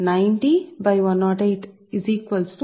కాబట్టి ఇది సాధారణం